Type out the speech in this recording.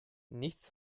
nichts